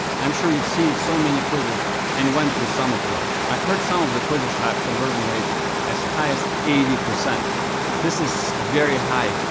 i'm sure you've seen so many quizzes and went through some of them. i've heard some of the quizzes have conversion rates as high as eighty. this is very high.